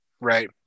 right